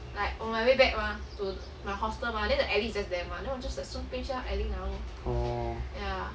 orh